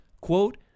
quote